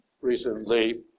recently